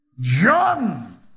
John